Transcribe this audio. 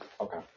Okay